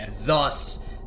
thus